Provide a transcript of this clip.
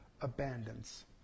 abandons